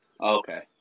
okay